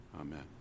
Amen